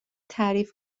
تعریف